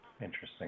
Interesting